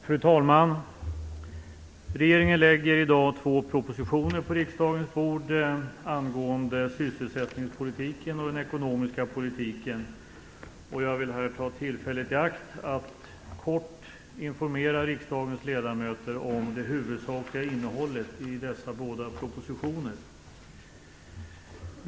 Fru talman! Regeringen lägger i dag två propositioner på riksdagens bord angående sysselsättningspolitiken och den ekonomiska politiken. Jag vill här ta tillfället i akt att kort informera riksdagens ledamöter om det huvudsakliga innehållet i dessa båda propositioner.